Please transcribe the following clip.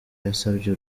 yasabye